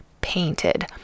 painted